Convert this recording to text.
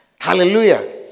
Hallelujah